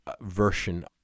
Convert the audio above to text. version